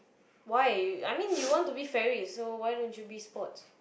why I mean you want to be fair why don't you be sports